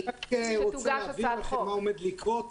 אני רק רוצה להבין מה עומד לקרות,